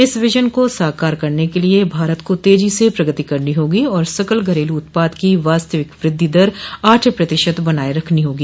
इस विजन को साकार करने के लिए भारत को तेजी से प्रगति करनी होगी और सकल घरेलू उत्पाद की वास्तविक वृद्धि दर आठ प्रतिशत बनाये रखनो होगी